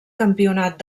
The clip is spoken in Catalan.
campionat